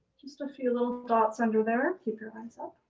just a few little dots under there. keep your eyes up,